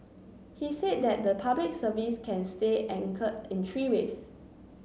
he said that the Public Service can stay anchor in three ways